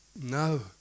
No